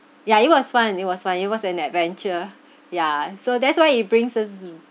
yeah it was fun it was fun it was an adventure ya so that's why he brings us